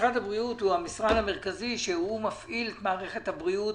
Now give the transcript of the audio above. משרד הבריאות הוא המשרד המרכזי שמפעיל את מערכת הבריאות